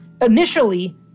Initially